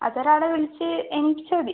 അതൊരാളെ വിളിച്ച് എണീപ്പിച്ചുകൂടെ